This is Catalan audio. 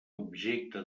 objecte